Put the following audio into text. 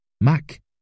Mac